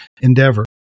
endeavor